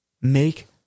Make